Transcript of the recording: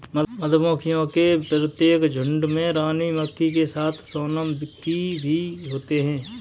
मधुमक्खियों के प्रत्येक झुंड में रानी मक्खी के साथ सोनम की भी होते हैं